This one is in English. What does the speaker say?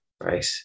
right